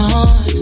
on